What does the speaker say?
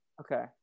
Okay